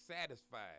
satisfied